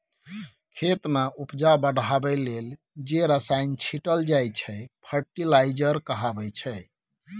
खेत मे उपजा बढ़ाबै लेल जे रसायन छीटल जाइ छै फर्टिलाइजर कहाबै छै